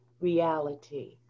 reality